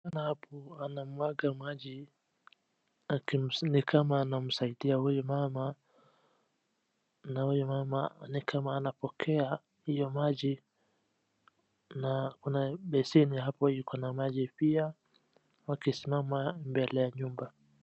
Na hapo anamwaga maji. Ni kama anamsaidia huyo mama na huyo mama ni kama anapokea hiyo maji. Na kuna bensini hapo iko na maji pia wakisimama mbele ya nyumba.